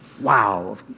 wow